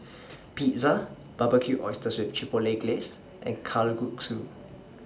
Pizza Barbecued Oysters with Chipotle Glaze and Kalguksu